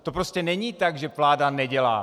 To prostě není tak, že vláda nedělá.